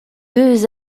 deux